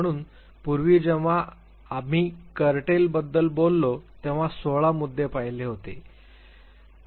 म्हणून पूर्वी जेव्हा आम्ही कर्टेल बद्दल बोललो होतो तेंव्हा १६ मुद्दे पाहिले होते